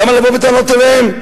למה לבוא בטענות אליהם?